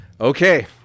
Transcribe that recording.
Okay